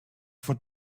for